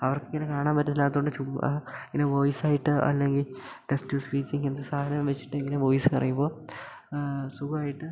അവർക്കിങ്ങനെ കാണാൻ പറ്റില്ലാത്തതുകൊണ്ട് ചുമ്മാ ഇങ്ങനെ വോയിസ് ആയിട്ട് അല്ലെങ്കിൽ ടെസ്റ്റുസ്പീച്ച് ഇങ്ങനെത്തെ സാധനം വെച്ചിട്ട് ഇങ്ങനെ വോയിസ് പറയുമ്പോൾ സുഖമായിട്ട്